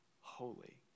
holy